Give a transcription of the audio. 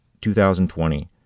2020